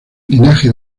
linaje